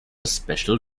special